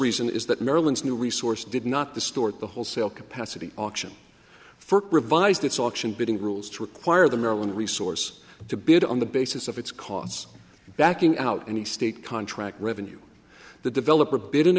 reason is that maryland's new resource did not the store at the wholesale capacity auction first revised its auction bidding rules to require the maryland resource to bid on the basis of its costs backing out any state contract revenue the developer bid in